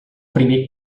primer